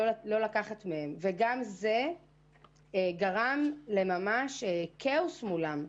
גם זה גרם לכאוס מולם.